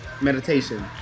meditation